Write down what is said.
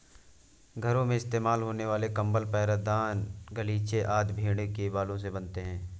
घरों में इस्तेमाल होने वाले कंबल पैरदान गलीचे आदि भेड़ों के बालों से बनते हैं